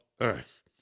earth